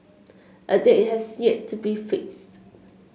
a date has yet to be fixed